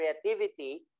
creativity